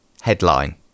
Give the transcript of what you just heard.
headline